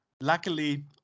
luckily